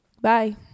Bye